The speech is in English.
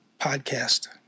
podcast